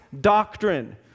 doctrine